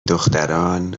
دختران